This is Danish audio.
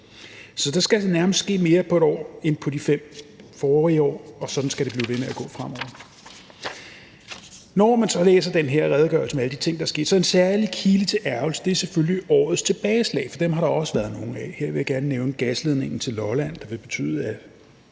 Så der skal nærmest ske mere på 1 år end på de 5 forrige år, og sådan skal det blive ved med at gå fremover. Når man så læser den her redegørelse med alle de ting, der er sket, så er en særlig kilde til ærgrelse selvfølgelig årets tilbageslag, for dem har der også været nogle af. Her vil jeg gerne nævne gasledningen til Lolland, der vil betyde, at